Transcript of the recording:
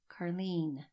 Carlene